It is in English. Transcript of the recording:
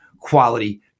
quality